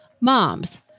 mom's